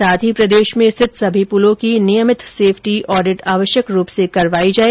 साथ ही प्रदेश में रिथित सभी पुलों की नियमित सेफ्टी ऑडिट आवश्यक रूप से करवाई जाए